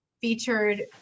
featured